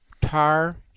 tar